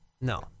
No